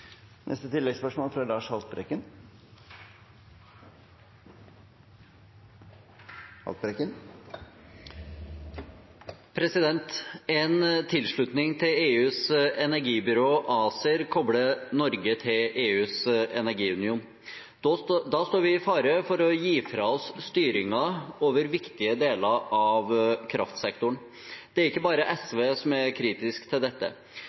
Lars Haltbrekken – til oppfølgingsspørsmål. En tilslutning til EUs energibyrå, ACER, kobler Norge til EUs energiunion. Da står vi i fare for å gi fra oss styringen over viktige deler av kraftsektoren. Det er ikke bare SV som er kritisk til dette.